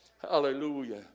Hallelujah